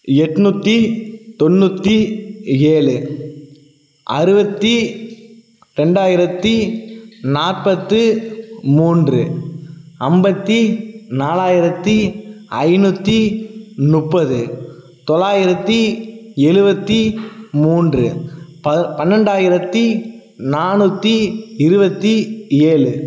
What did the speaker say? எட்நூற்றி தொண்ணூற்றி ஏழு அறுபத்தி ரெண்டாயிரத்தி நாற்பத்து மூன்று ஐம்பத்தி நாலாயிரத்தி ஐநூற்றி முப்பது தொள்ளாயிரத்தி எழுபத்தி மூன்று ப பன்னெண்டாயிரத்தி நானூற்றி இருபத்தி ஏழு